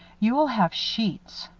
you'll have sheets!